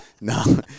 No